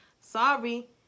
Sorry